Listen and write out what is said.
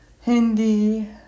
Hindi